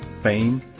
Fame